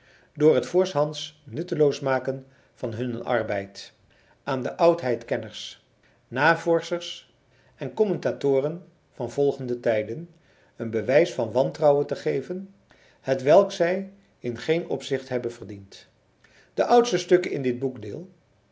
door het voorshands nutteloos maken van hunnen arbeid aan de oudheidkenners navorschers en commentatoren van volgende tijden een bewijs van wantrouwen te geven hetwelk zij in geen opzicht hebben verdiend de oudste stukken in dit